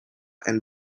and